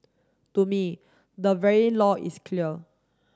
to me the very law is clear